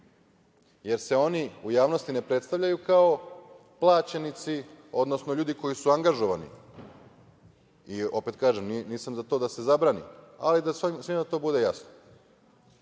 jer se oni u javnosti ne predstavljaju kao plaćenici, odnosno ljudi koji su angažovani. Opet kažem, nisam za to da se zabrani, ali da svima to bude jasno.